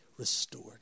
restored